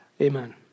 Amen